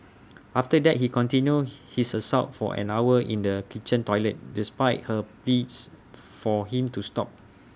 after that he continued his assault for an hour in the kitchen toilet despite her pleas for him to stop